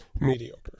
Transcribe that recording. Mediocre